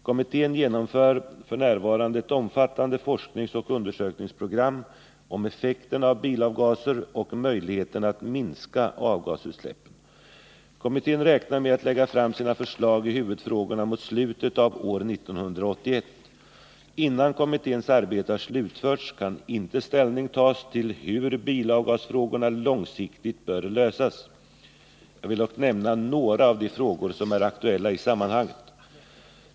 Kommittén genomför f. n. ett omfattande forskningsoch undersökningsprogram om effekterna av bilavgaser och möjligheterna att minska avgasutsläppen. Kommittén räknar med att lägga fram sina förslag i huvudfrågorna mot slutet av år 1981. Innan kommitténs arbete har slutförts kan inte ställning tas till hur bilavgasfrågorna långsiktigt bör lösas. Jag vill dock nämna några av de frågor som är aktuella i sammanhanget.